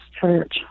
church